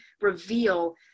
reveal